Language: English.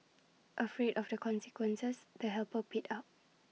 afraid of the consequences the helper paid up